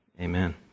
Amen